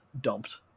dumped